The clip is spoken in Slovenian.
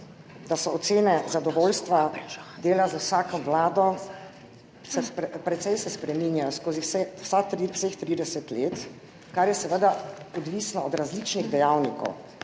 da so ocene zadovoljstva dela z vsako vlado precej se spreminjajo skozi v vseh 30 let, kar je seveda odvisno od različnih dejavnikov,